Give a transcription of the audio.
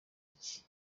iki